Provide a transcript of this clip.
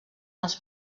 als